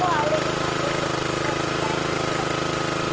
हो आवडेल ना बाहेर फिरायला तरी जाऊ मग